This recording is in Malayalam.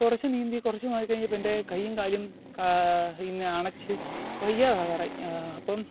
കുറച്ച് നീന്തി കുറച്ച് മാറി കഴിഞ്ഞപ്പം എന്റെ കൈയ്യും കാലും പിന്നെ അണച്ച് വയ്യാതാകാറായി അപ്പം